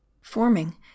forming